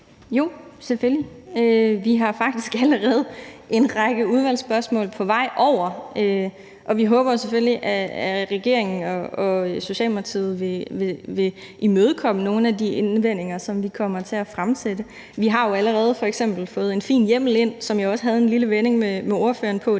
Jo, selvfølgelig. Vi har faktisk allerede en række udvalgsspørgsmål på vej over, og vi håber selvfølgelig, at regeringen og Socialdemokratiet vil imødekomme nogle af de indvendinger, som vi kommer til at fremsætte. Vi har jo allerede f.eks. fået en fin hjemmel ind – som jeg jo også havde en lille vending med ordføreren om,